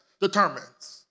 determines